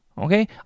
Okay